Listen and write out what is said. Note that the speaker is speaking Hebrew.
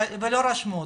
ולא רשמו אתכם?